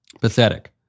Pathetic